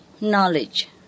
knowledge